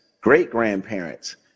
great-grandparents